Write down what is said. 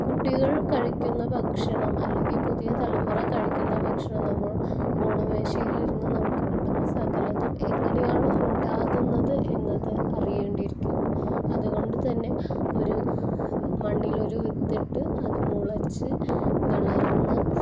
കുട്ടികള് കഴിക്കുന്ന ഭക്ഷണം അല്ലെങ്കിൽ പുതിയ തലമുറ കഴിക്കുന്ന ഭക്ഷണം നമ്മള് ഊണു മേശയിലിരുന്ന് നമുക്ക് കിട്ടുന്ന സകലതും എങ്ങനെയാണ് ഉണ്ടാകുന്നത് എന്നത് അറിയേണ്ടീരിക്കുന്നു അതുകൊണ്ട് തന്നെ ഒരു മണ്ണിലൊരു വിത്തിട്ട് അത് മുളച്ച് വളര്ന്ന്